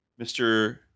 Mr